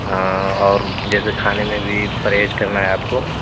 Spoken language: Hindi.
हाँ और जैसे खाने में भी परहेज करना है आपको